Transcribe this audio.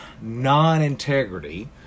non-integrity